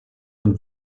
und